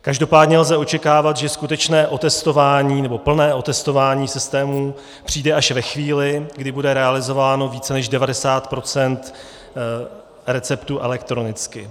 Každopádně lze očekávat, že skutečné otestování, nebo plné otestování systému přijde až ve chvíli, kdy bude realizováno více než 90 % receptů elektronicky.